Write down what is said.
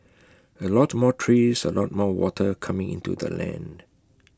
A lot more trees A lot more water coming into the land